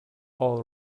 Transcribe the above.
all